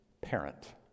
parent